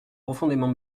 profondément